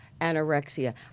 anorexia